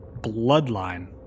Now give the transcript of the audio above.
bloodline